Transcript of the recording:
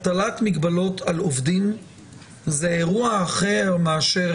הטלת מגבלות על עובדים זה אירוע אחר מאשר